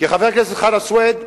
כי, חבר הכנסת חנא סוייד,